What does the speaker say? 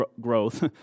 growth